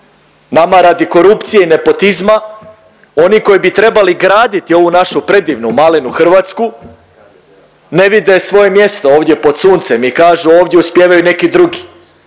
Nama radi korupcije i nepotizma oni koji bi trebali graditi ovu našu predivnu malenu Hrvatsku ne vide svoje mjesto ovdje pod suncem i kažu ovdje uspijevaju neki drugi,